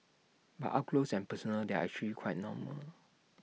but up close and personal they're actually quite normal